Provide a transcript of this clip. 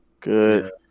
Good